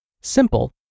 Simple